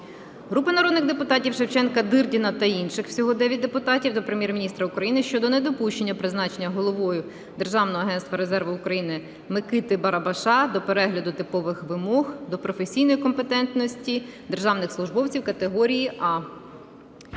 Групи народних депутатів (Шевченка, Дирдіна та інших. Всього 9 депутатів) до Прем'єр-міністра України щодо недопущення призначення Головою Державного агентства резерву України Микити Барабаша та перегляду типових вимог до професійної компетентності державних службовців категорії "А".